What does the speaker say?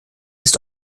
ist